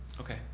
okay